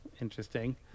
Interesting